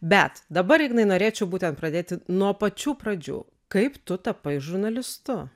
bet dabar ignai norėčiau būtent pradėti nuo pačių pradžių kaip tu tapai žurnalistu